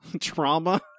trauma